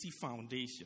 foundation